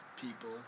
People